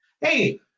hey